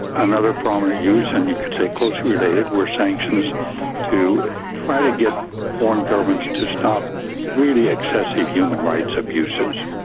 another prominent use and you could say closely related were sanctions to try to get foreign governments to stop really excessive human rights abuses.